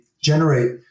generate